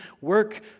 work